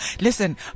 Listen